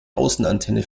außenantenne